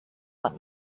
let